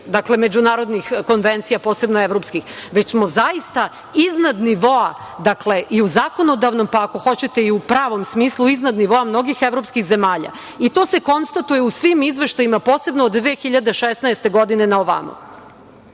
svih međunarodnih konvencija, posebno evropskih, već smo zaista iznad nivoa i u zakonodavnom, pa ako hoćete i pravom smislu iznad nivoa mnogih evropskih zemalja. To se konstatuje u svim izveštajima, posebno od 2016. godine na ovamo.